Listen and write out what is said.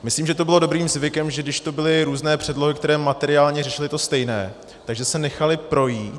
Myslím, že tu bylo dobrým zvykem, že když tu byly různé předlohy, které materiálně řešily to stejné, tak že se nechaly projít.